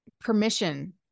permission